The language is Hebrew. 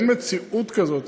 אין מציאות כזאת.